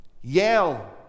Yale